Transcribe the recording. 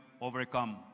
overcome